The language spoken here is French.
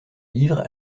livres